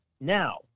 Now